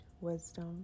wisdom